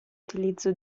utilizzo